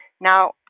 Now